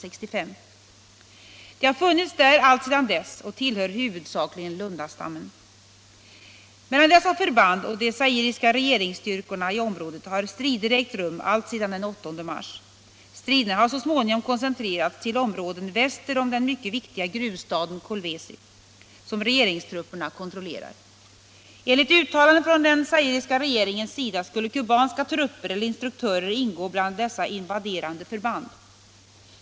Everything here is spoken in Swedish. Mellan dessa förband och de zairiska regeringsstyrkorna i området har strider ägt rum alltsedan den 8 mars. Striderna har så småningom koncentrerats till områden väster om den mycket viktiga gruvstaden Kolwezi, som regeringstrupperna kontrollerar. Enligt uttalanden från den zairiska regeringens sida skulle kubanska trupper eller instruktörer ingå bland dessa invaderande förband.